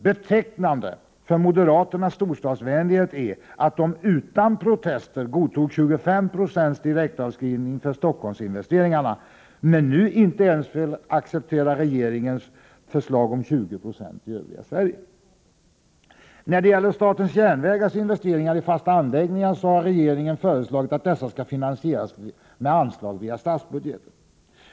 Betecknande för moderaternas storstadsvänlighet är att de utan protester godtog 25 9o direktavskrivning för Stockholmsinvesteringarna, men nu inte ens vill acceptera regeringens förslag på 20 96 för det övriga Sverige. När det gäller statens järnvägars investeringar i fasta anläggningar har regeringen föreslagit att dessa skall finansieras genom anslag via statsbudgeten.